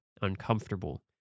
uncomfortable